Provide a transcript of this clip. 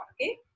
okay